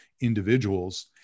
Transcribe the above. individuals